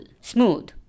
smooth